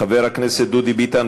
חבר הכנסת דודי ביטן,